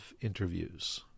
interviews